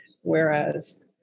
whereas